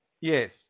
Yes